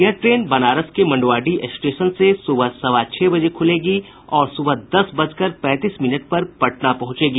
यह ट्रेन बनारस के मंड्वाडीह स्टेशन से सुबह सवा छह बजे खुलेगी और सुबह दस बजकर पैंतीस मिनट पर पटना पहुँचेगी